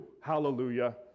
hallelujah